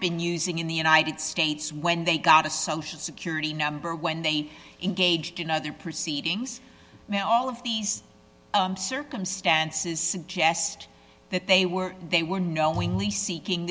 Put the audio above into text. been using in the united states when they got a social security number when they engaged in other proceedings where all of these circumstances suggest that they were they were knowingly seeking